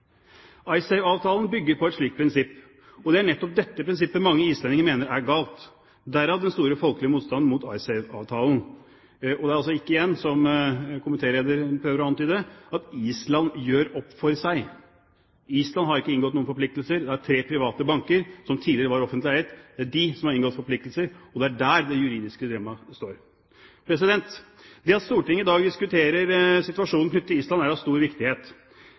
bygger på et slikt prinsipp, og det er nettopp dette prinsippet mange islendinger mener er galt, derav den store folkelige motstanden mot IceSave-avtalen. Det er altså ikke – igjen – slik, som komitélederen prøver å antyde, at Island gjør opp for seg. Island har ikke inngått noen forpliktelser, det er tre private banker som tidligere var offentlig eid, som har inngått forpliktelser, og det er der det juridiske dilemma er. Det at Stortinget i dag diskuterer situasjonen knyttet til Island, er av stor viktighet.